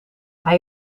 hij